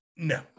No